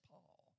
Paul